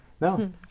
No